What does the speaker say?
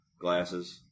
glasses